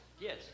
Yes